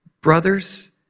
brothers